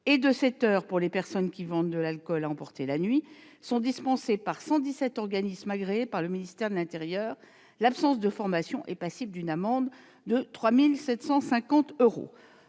et de sept heures pour les personnes qui vendent de l'alcool à emporter la nuit, sont dispensées par 117 organismes agréés par le ministère de l'intérieur. L'absence de formation est passible d'une amende de 3 750 euros.